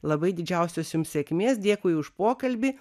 labai didžiausios jums sėkmės dėkui už pokalbį